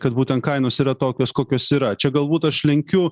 kad būtent kainos yra tokios kokios yra čia galbūt aš lenkiu